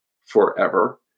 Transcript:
forever